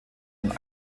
und